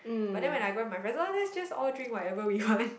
but then when I go with my friends oh let's just all drink whatever we want